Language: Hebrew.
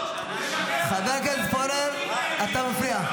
--- חבר הכנסת פורר, אתה מפריע.